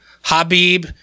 Habib